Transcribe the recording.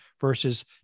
versus